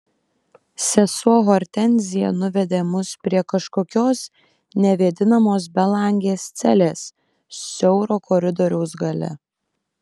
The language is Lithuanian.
sesuo hortenzija nuvedė mus prie kažkokios nevėdinamos belangės celės siauro koridoriaus gale